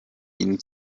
ihnen